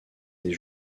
des